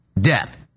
death